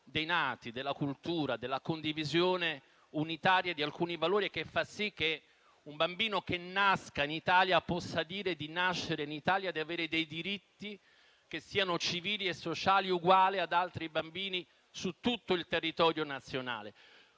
dei nati, della cultura, della condivisione unitaria di alcuni valori e che fa sì che un bambino che nasce in Italia possa dire di nascere in Italia, di avere dei diritti che siano civili e sociali uguali a quelli di altri bambini su tutto il territorio nazionale.